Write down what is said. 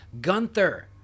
Gunther